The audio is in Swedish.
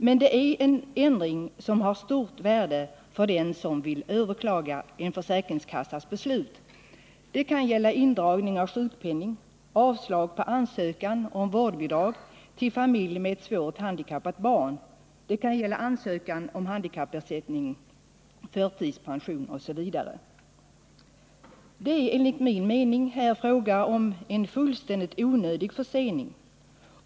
Men ändringen är av stort värde för den som vill överklaga en försäkringskassas beslut. Det kan gäila indragning av sjukpenning, avslag på ansökan om vårdbidrag till familj med ett svårt handikappat barn, ansökan om handikappersättning, förtidspension osv. Det är enligt min mening fråga om en fullständigt onödig försening.